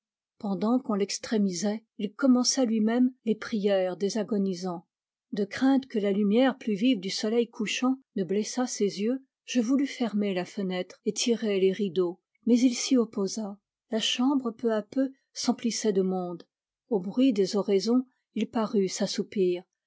pendant qu'on l'extrémisait il commença lui-même les prières des agonisants de crainte que la lumière plus vive du soleil couchant ne blessât ses yeux je voulus fermer la fenêtre et tirer les rideaux mais il s'y opposa la chambre peu à peu s'emplissait de monde au bruit des oraisons il parut s'assoupir